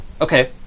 Okay